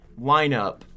lineup